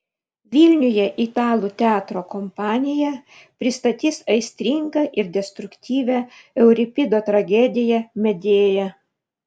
vilniuje italų teatro kompanija pristatys aistringą ir destruktyvią euripido tragediją medėja